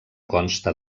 consta